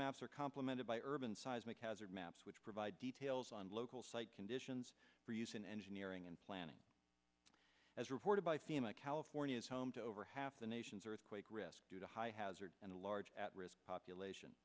are complemented by urban seismic hazard apps which provide details on local site conditions for use in engineering and planning as reported by family california is home to over half the nation's earthquake risk due to high hazard and a large at risk population